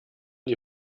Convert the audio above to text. die